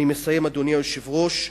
אני מסיים, אדוני היושב-ראש.